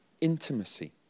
intimacy